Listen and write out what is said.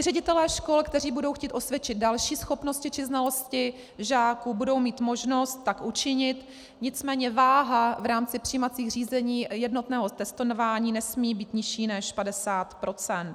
Ředitelé škol, kteří budou chtít osvědčit další schopnosti či znalosti žáků, budou mít možnost tak učinit, nicméně váha v rámci přijímacích řízení jednotného testování nesmí být nižší než 50 %.